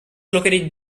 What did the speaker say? located